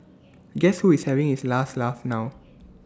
guess who is having his last laugh now